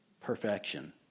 perfection